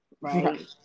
right